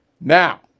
Now